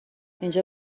اینجا